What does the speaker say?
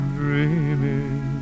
dreaming